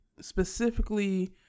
specifically